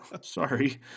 Sorry